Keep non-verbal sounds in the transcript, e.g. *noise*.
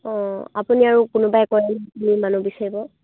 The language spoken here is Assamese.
অঁ আপুনি আৰু কোনোবাই *unintelligible* মানুহ বিচাৰিব